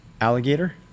Alligator